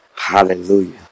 Hallelujah